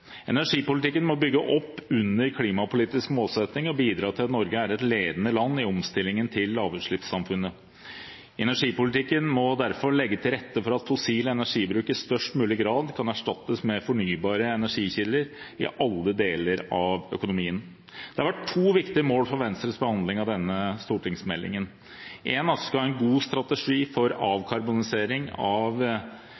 Energipolitikken må bygge opp under klimapolitiske målsettinger og bidra til at Norge blir et ledende land i omstillingen til lavutslippssamfunnet. Energipolitikken må derfor legge til rette for at fossil energibruk i størst mulig grad kan erstattes med fornybare energikilder i alle deler av økonomien. Det har vært to viktige mål for Venstres behandling av denne stortingsmeldingen. Det ene er å få en god strategi for avkarbonisering av